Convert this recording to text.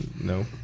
No